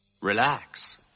Relax